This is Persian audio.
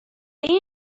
این